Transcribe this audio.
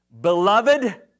beloved